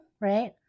Right